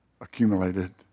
accumulated